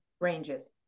ranges